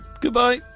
Goodbye